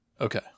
Okay